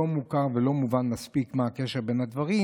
לא מוכר ולא מובן מספיק מה הקשר בין הדברים,